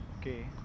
okay